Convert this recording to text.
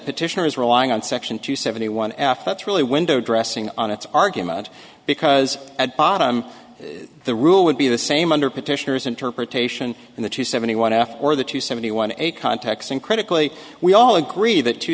petitioner is relying on section two seventy one aft that's really window dressing on its argument because at bottom the rule would be the same under petitioners interpretation and the two seventy one f or the two seventy one eight contacts uncritically we all agree that two